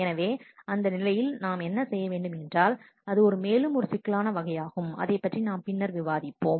எனவே அந்த நிலையில் என்ன செய்ய வேண்டும் என்றால் அது ஒரு மேலும் ஒரு சிக்கலான வகையாகும் அதைப்பற்றி நாம் பின்னர் விவாதிப்போம்